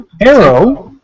Arrow